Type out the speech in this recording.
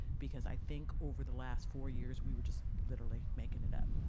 because i think, over the last four years, we were just literally making it up.